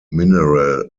mineral